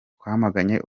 twamaganye